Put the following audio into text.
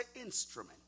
instrument